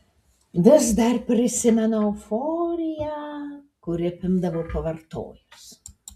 vis dar prisimenu euforiją kuri apimdavo pavartojus